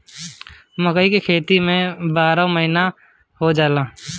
मकई के खेती भी बारहो महिना हो जाला